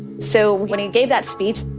so when he gave that speech,